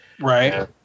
Right